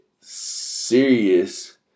serious